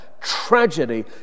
tragedy